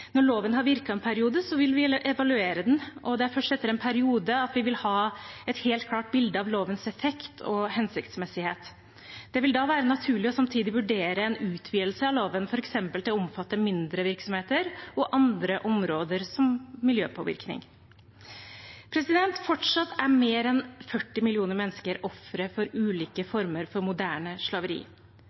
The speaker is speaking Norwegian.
Når loven har virket en periode, vil vi evaluere den, og det er først etter en periode at vi vil ha et helt klart bilde av lovens effekt og hensiktsmessighet. Det vil da være naturlig samtidig å vurdere en utvidelse av loven, f.eks. til å omfatte mindre virksomheter og andre områder, som miljøpåvirkning. Fortsatt er mer enn 40 millioner mennesker ofre for ulike former for moderne slaveri.